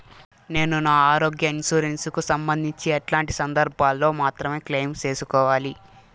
నేను నా ఆరోగ్య ఇన్సూరెన్సు కు సంబంధించి ఎట్లాంటి సందర్భాల్లో మాత్రమే క్లెయిమ్ సేసుకోవాలి?